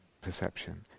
perception